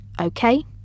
Okay